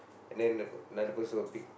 and then the another person will pick